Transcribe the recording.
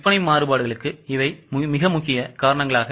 விற்பனை மாறுபாடுகளுக்கு இவை முக்கிய காரணங்கள்